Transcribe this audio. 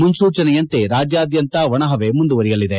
ಮುನ್ಸೂಚನೆಯಂತೆ ರಾಜ್ಕಾದ್ಯಂತ ಒಣಹವೆ ಮುಂದುವರಿಯಲಿದೆ